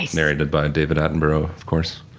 like narrated by david attenborough, of course.